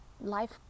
life